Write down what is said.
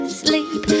sleep